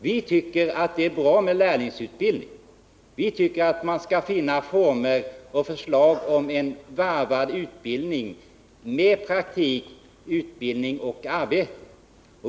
Vi tycker det är bra med lärlingsutbildning. Vi tycker att man skall finna former för en utbildning varvad med praktik, teori och arbete.